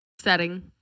setting